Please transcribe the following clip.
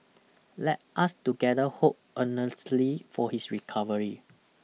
let us together hope earnestly for his recovery